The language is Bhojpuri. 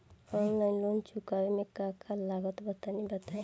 आनलाइन लोन चुकावे म का का लागत बा तनि बताई?